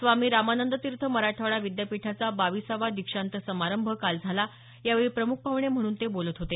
स्वामी रामानंद तीर्थ मराठवाडा विद्यापीठाचा बावीसावा दीक्षान्त समारंभ काल झाला यावेळी प्रमुख पाहणे म्हणून ते बोलत होते